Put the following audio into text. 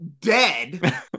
dead